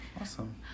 Awesome